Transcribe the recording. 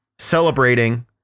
Celebrating